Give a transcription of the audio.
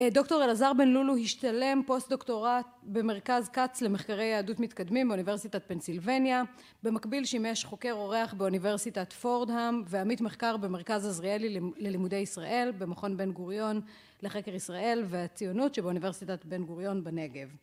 דוקטור אלעזר בן לולו השתלם פוסט דוקטורט במרכז כץ למחקרי יהדות מתקדמים באוניברסיטת פנסילבניה, במקביל שימש חוקר אורח באוניברסיטת פורדהאם ועמית מחקר במרכז עזריאלי ללימודי ישראל, במכון בן גוריון לחקר ישראל והציונות שבאוניברסיטת בן גוריון בנגב